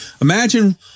imagine